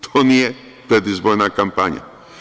To nije predizborna kampanja.